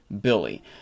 Billy